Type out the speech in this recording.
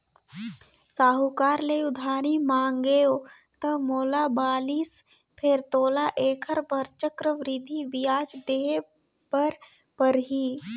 साहूकार ले उधारी मांगेंव त मोला बालिस फेर तोला ऐखर बर चक्रबृद्धि बियाज देहे बर परही